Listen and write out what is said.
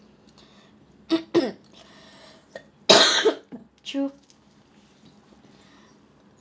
true